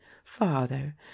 father